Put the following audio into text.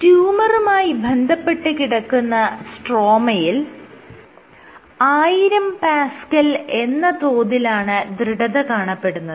ട്യൂമറുമായി ബന്ധപ്പെട്ട് കിടക്കുന്ന സ്ട്രോമയിൽ 1000Pa എന്ന തോതിലാണ് ദൃഢത കാണപ്പെടുന്നത്